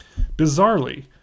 Bizarrely